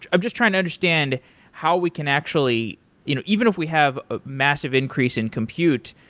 i'm just trying to understand how we can actually you know even if we have ah massive increase in compute,